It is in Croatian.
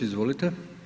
Izvolite.